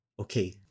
Okay